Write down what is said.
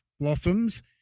Blossoms